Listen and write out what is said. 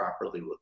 properly